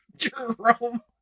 Jerome